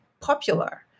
Popular